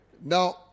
Now